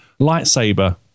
lightsaber